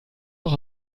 auch